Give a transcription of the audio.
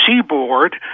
seaboard